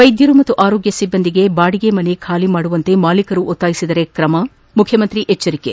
ವೈದ್ಯರು ಮತ್ತು ಆರೋಗ್ಯ ಸಿಬ್ಬಂದಿಗೆ ಬಾಡಿಗೆ ಮನೆ ಖಾಲಿ ಮಾಡುವಂತೆ ಮಾಲೀಕರು ಒತ್ತಾಯಿಸಿದರೆ ಕ್ರಮ ಮುಖ್ಯಮಂತ್ರಿ ಎಚ್ಚರಿಕೆ